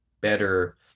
better